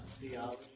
theology